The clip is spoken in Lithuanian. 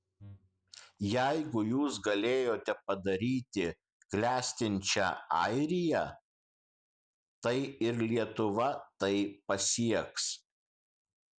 jeigu jūs galėjote padaryti klestinčią airiją tai ir lietuva tai pasieks